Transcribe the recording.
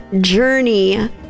journey